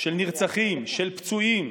של נרצחים, של פצועים,